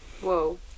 whoa